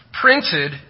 printed